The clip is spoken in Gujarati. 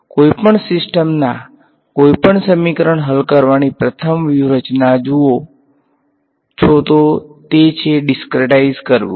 કોઈપણ સિસ્ટમના કોઈપણ સમીકરણની હલ કરવાની પ્રથમ વ્યૂહરચના જુઓ છો તે છે તેને ડીસ્ક્રીટાઈઝ કરવી